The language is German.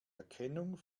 erkennung